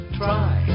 try